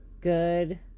good